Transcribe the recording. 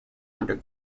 under